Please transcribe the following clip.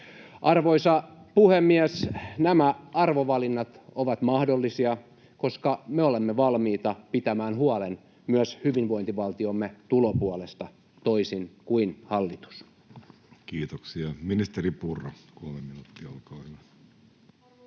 Arvoisa puhemies! Nämä arvovalinnat ovat mahdollisia, koska me olemme valmiita pitämään huolen myös hyvinvointivaltiomme tulopuolesta, toisin kuin hallitus. Kiitoksia. — Ministeri Purra, kolme minuuttia, olkaa hyvä.